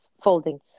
folding